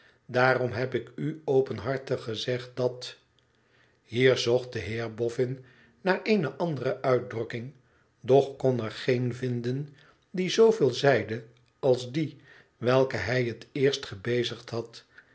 daarom heb iku openhartig gezegd dat hier zocht deheerboffin naar eene andere uitdrukking doch kon er geen vinden die zooveel zeide als die welke hij het eerst gebezig had